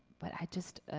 but i just,